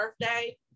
birthday